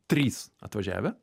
trys atvažiavę